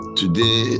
today